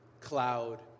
cloud